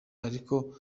ariko